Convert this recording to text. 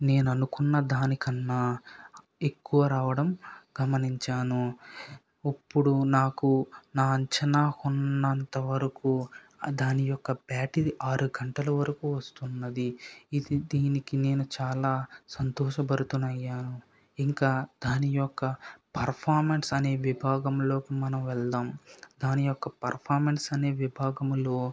నేను అనుకున్న దానికన్నా ఎక్కువ రావడం గమనించాను ఇప్పుడు నాకు నా అంచనా ఉన్నంత వరకు దాని యొక్క బ్యాటరీ ఆరు గంటల వరకు వస్తున్నది ఇది దీనికి నేను చాల సంతోషభరితుడునయ్యాను ఇంకా దాన్ని యొక్క పర్ఫామెన్స్ విభాగంలోకి వెళదాం దాన్ని పర్ఫామెన్స్ అనే యొక్క విభాగములో